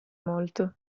molto